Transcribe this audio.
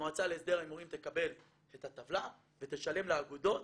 המועצה להסדר ההימורים תקבל את הטבלה ותשלם לאגודות